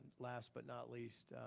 last but not least,